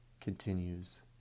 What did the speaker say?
continues